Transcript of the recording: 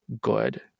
good